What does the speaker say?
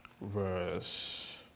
verse